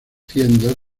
tiendas